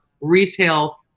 retail